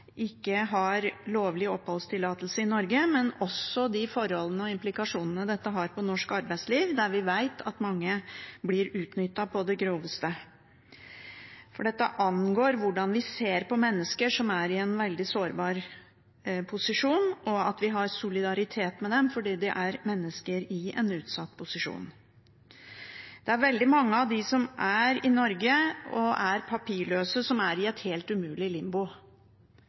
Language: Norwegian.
ikke har lovlig oppholdstillatelse i Norge, men også forholdene i og implikasjonene for norsk arbeidsliv, der vi vet at mange blir utnyttet på det groveste. Dette angår hvordan vi ser på mennesker som er i en veldig sårbar posisjon, og at vi har solidaritet med dem fordi de er mennesker i en utsatt posisjon. Det er veldig mange av dem som er i Norge og er papirløse, som er i et helt umulig limbo.